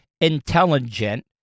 intelligent